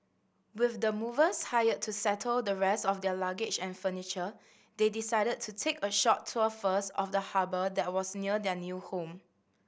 with the movers hired to settle the rest of their luggage and furniture they decided to take a short tour first of the harbour that was near their new home